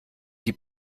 die